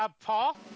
Paul